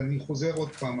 אבל אני חוזר עוד פעם,